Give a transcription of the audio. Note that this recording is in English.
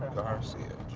garcia.